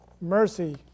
mercy